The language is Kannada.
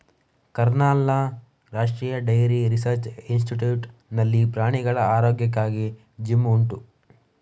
ಕರ್ನಾಲ್ನ ರಾಷ್ಟ್ರೀಯ ಡೈರಿ ರಿಸರ್ಚ್ ಇನ್ಸ್ಟಿಟ್ಯೂಟ್ ನಲ್ಲಿ ಪ್ರಾಣಿಗಳ ಆರೋಗ್ಯಕ್ಕಾಗಿ ಜಿಮ್ ಉಂಟು